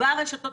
ברשתות